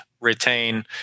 retain